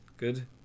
Good